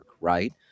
right